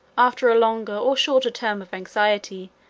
after a longer or shorter term of anxiety,